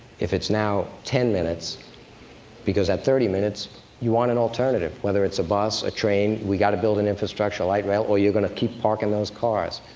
if it's now ten minutes because at thirty minutes you want an alternative, whether it's a bus, a train we've got to build an infrastructure a light rail or you're going to keep parking those cars.